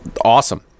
awesome